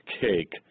cake